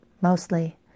mostly